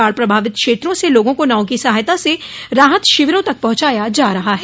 बाढ़ प्रभावित क्षेत्रों से लोगों को नाव की सहायता से राहत शिविरों तक पहुंचाया जा रहा है